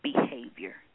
behavior